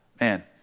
Man